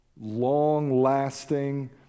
long-lasting